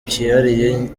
kihariye